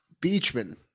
Beachman